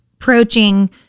approaching